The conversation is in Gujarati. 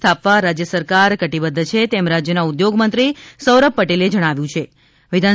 સ્થાપવા રાજ્ય સરકાર કટિબદ્ધ છે એમ રાજ્યના ઉદ્યોગમંત્રી સૌરભ પટેલે જણાવ્યુ છિ